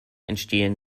entstehen